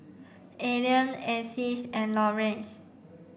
Ailene Alcee and Laurene